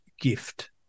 gift